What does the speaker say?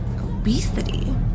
Obesity